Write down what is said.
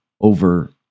over